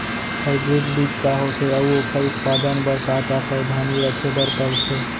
Hybrid बीज का होथे अऊ ओखर उत्पादन बर का का सावधानी रखे बर परथे?